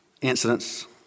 incidents